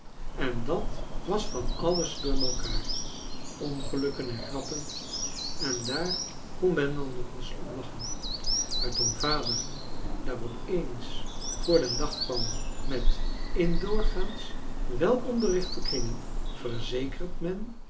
en dat was van alles door malkaar ongelukken en grappen en daar kon men dan nog eens om lachen maar toen vader daar op eens voor den dag kwam met in doorgaans welonderrichte kringen verzekert men